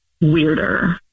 weirder